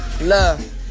Love